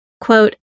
quote